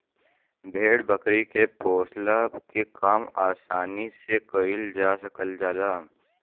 भेड़ बकरी के पोसला के काम आसानी से कईल जा सकल जाला